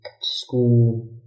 school